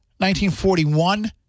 1941